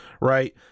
right